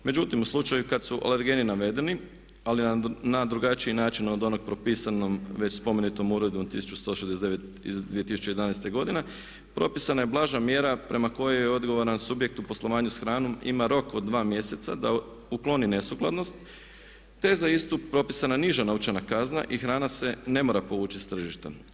Međutim, u slučaju kada su alergeni navedeni ali na drugačiji način od onog propisanom već spomenutom uredbom 1169/2011. godine pripisana je blaža mjera prema kojoj odgovoran subjekt u poslovanju s hranom ima rok od 2 mjeseca da ukloni nesukladnost te je za istu propisana niža novčana kazna i hrana se ne mora povući s tržišta.